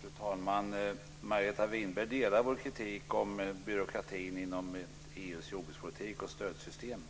Fru talman! Margareta Winberg instämmer i vår kritik om byråkratin inom EU:s jordbrukspolitik och stödsystem.